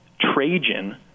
Trajan